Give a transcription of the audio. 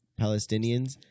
Palestinians